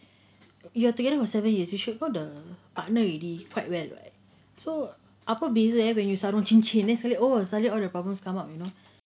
you are together for seven years you should go the partner already quite well so apa beza ya when you sarung cincin then oh suddenly all the problems come up you know